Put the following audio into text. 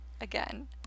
Again